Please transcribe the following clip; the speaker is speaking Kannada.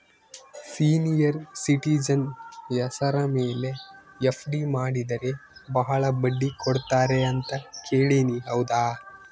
ಸೇನಿಯರ್ ಸಿಟಿಜನ್ ಹೆಸರ ಮೇಲೆ ಎಫ್.ಡಿ ಮಾಡಿದರೆ ಬಹಳ ಬಡ್ಡಿ ಕೊಡ್ತಾರೆ ಅಂತಾ ಕೇಳಿನಿ ಹೌದಾ?